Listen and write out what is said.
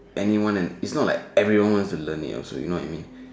it's not like everyone wants to learn it also you know what I mean